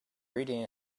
reading